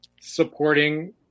supporting